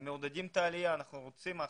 מעודדים את העלייה, אנחנו רוצים בה,